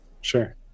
Sure